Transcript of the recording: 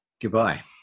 Goodbye